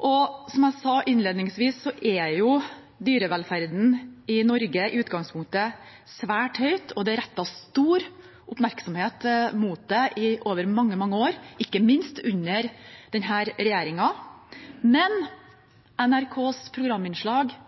Som jeg sa innledningsvis, er dyrevelferden i Norge i utgangspunktet svært høy, og det er rettet stor oppmerksomhet mot det over mange, mange år, ikke minst under denne regjeringen. NRKs programinnslag